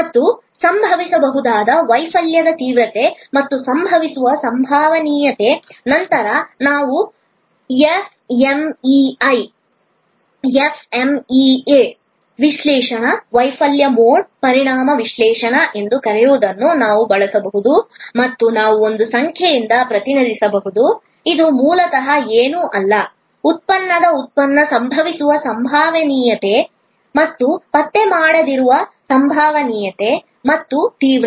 ಮತ್ತು ಸಂಭವಿಸಬಹುದಾದ ವೈಫಲ್ಯದ ತೀವ್ರತೆ ಮತ್ತು ಸಂಭವಿಸುವ ಸಂಭವನೀಯತೆ ನಂತರ ನಾವು ಎಫ್ಎಂಇಎ ವಿಶ್ಲೇಷಣೆ ವೈಫಲ್ಯ ಮೋಡ್ ಪರಿಣಾಮ ವಿಶ್ಲೇಷಣೆ ಎಂದು ಕರೆಯುವದನ್ನು ನಾವು ಬಳಸಬಹುದು ಮತ್ತು ನಾವು ಒಂದು ಸಂಖ್ಯೆಯಿಂದ ಪ್ರತಿನಿಧಿಸಬಹುದು ಇದು ಮೂಲತಃ ಏನೂ ಅಲ್ಲ ಉತ್ಪನ್ನದ ಉತ್ಪನ್ನ ಸಂಭವಿಸುವ ಸಂಭವನೀಯತೆ ಮತ್ತು ಪತ್ತೆ ಮಾಡದಿರುವ ಸಂಭವನೀಯತೆ ಮತ್ತು ತೀವ್ರತೆ